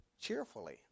Cheerfully